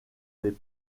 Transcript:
les